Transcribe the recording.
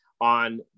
on